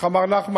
איך אמר נחמן?